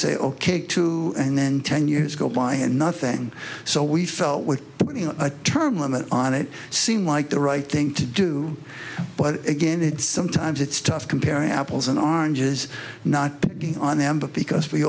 say ok two and then ten years go by and nothing so we felt with a term limit on it seemed like the right thing to do but again it's sometimes it's tough comparing apples and oranges not picking on them because we